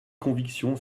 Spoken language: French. conviction